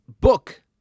book